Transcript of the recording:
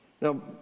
Now